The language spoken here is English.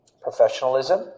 professionalism